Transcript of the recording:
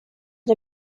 and